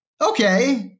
okay